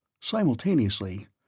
Simultaneously